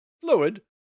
fluid